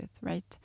right